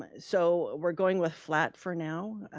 ah so we're going with flat for now.